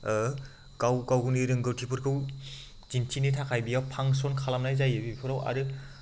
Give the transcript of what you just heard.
गाव गावनि रोंगौथिफोरखौ दिन्थिनो थाखाय बेयाव फांसन खालामनाय जायो बेफोराव आरो